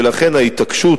ולכן ההתעקשות